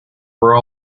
were